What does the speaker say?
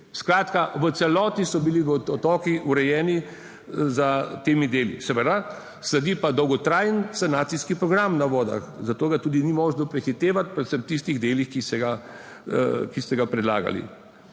v celoti so bili vodotoki urejeni za temi deli. Seveda sledi pa dolgotrajen sanacijski program na vodah, zato ga tudi ni možno prehitevati, predvsem v tistih delih, ki se ga, ki ste ga predlagali.